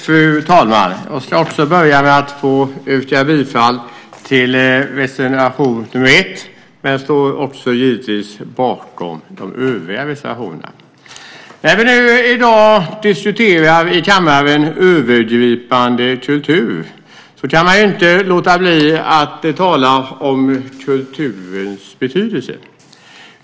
Fru talman! Jag ska också börja med att yrka bifall till reservation nr 1, men står givetvis också bakom de övriga reservationerna. När vi nu i dag diskuterar övergripande kulturfrågor i kammaren kan man inte låta bli att tala om kulturens betydelse.